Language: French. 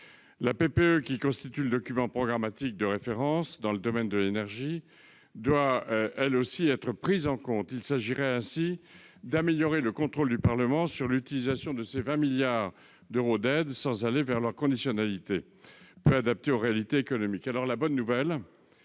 La PPE, qui constitue le document programmatique de référence dans le domaine de l'énergie, doit elle aussi être prise en compte : il s'agirait ainsi d'améliorer le contrôle du Parlement sur l'utilisation de ces 20 milliards d'euros d'aides, sans aller vers leur conditionnalité, peu adaptée aux réalités économiques.